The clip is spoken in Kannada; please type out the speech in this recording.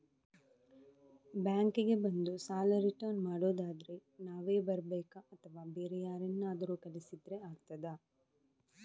ಬ್ಯಾಂಕ್ ಗೆ ಬಂದು ಸಾಲ ರಿಟರ್ನ್ ಮಾಡುದಾದ್ರೆ ನಾವೇ ಬರ್ಬೇಕಾ ಅಥವಾ ಬೇರೆ ಯಾರನ್ನಾದ್ರೂ ಕಳಿಸಿದ್ರೆ ಆಗ್ತದಾ?